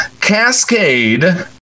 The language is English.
Cascade